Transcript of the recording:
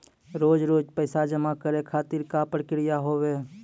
रोज रोज पैसा जमा करे खातिर का प्रक्रिया होव हेय?